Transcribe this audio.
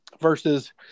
versus